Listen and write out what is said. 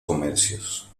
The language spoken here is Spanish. comercios